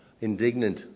indignant